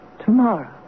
tomorrow